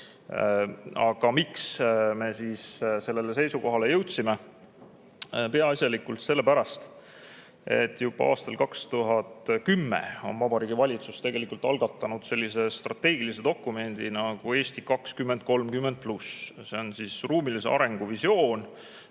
saa. Aga miks me sellele seisukohale jõudsime? Peaasjalikult sellepärast, et juba aastal 2010 on Vabariigi Valitsus algatanud sellise strateegilise dokumendi nagu "Eesti 2030+". See on ruumilise arengu visioon,